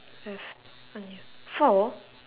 I have what you have four